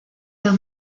d’un